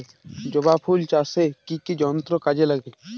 জবা ফুল চাষে কি কি যন্ত্র কাজে লাগে?